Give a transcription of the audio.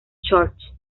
church